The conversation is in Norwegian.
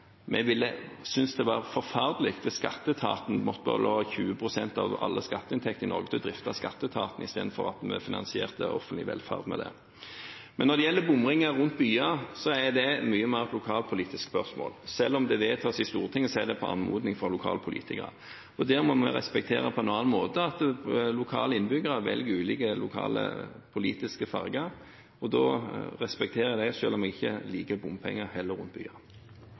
ville vi synes det var forferdelig hvis skatteetaten måtte ta 20 pst. av alle skatteinntektene i Norge til å drifte skatteetaten istedenfor å finansiere offentlig velferd. Når det gjelder bomringer rundt byer, er det mye mer et lokalpolitisk spørsmål. Selv om det vedtas i Stortinget, er det på anmodning fra lokalpolitikere. Der må vi respektere på en annen måte at lokale innbyggere velger ulike politiske farger, og da respekterer jeg det, selv om jeg ikke liker bompenger heller rundt